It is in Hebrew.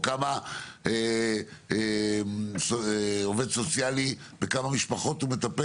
או בכמה משפחות עובד סוציאלי מדבר?